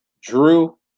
Drew